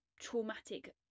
traumatic